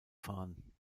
fahren